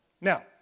Now